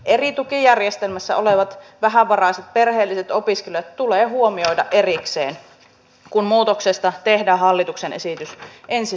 eri tukijärjestelmässä olevat vähävaraiset perheelliset opiskelijat tulee huomioida erikseen kun muutoksesta tehdään hallituksen esitys ensi syksynä